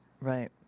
Right